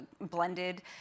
blended